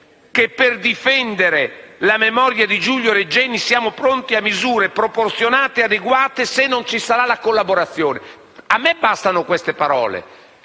che per difendere la memoria di Giulio Regeni il Governo è pronto ad adottare misure proporzionate e adeguate se non ci sarà la collaborazione. A me bastano queste parole;